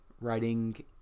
writing